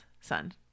son